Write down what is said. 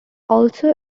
also